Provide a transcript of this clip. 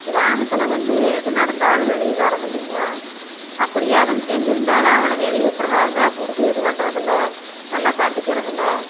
கிராமத்தில் வந்து எது நடந்தாலும் வெளியே வரது இல்லைங்க அப்படியே அவன் செஞ்சுருந்தாலும் அவனை வெளியே விட்டுறாங்க பிடிச்சி இது பண்ணுறது இல்லை நல்லா கண்டிக்கிறது இல்லை